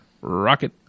Rocket